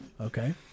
Okay